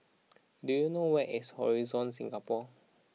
do you know where is Horizon Singapore